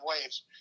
waves